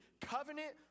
covenant